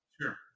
Sure